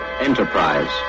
Enterprise